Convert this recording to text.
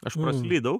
aš praslydau